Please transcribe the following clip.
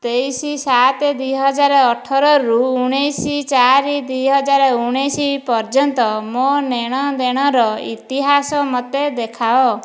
ତେଇଶ ସାତ ଦୁଇ ହଜାର ଅଠରରୁ ଊଣାଇଶ ଚାରି ଦୁଇହଜାର ଊଣାଇଶ ପର୍ଯ୍ୟନ୍ତ ମୋ' ନେ'ଣ ଦେ'ଣର ଇତିହାସ ମୋତେ ଦେଖାଅ